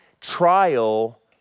trial